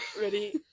ready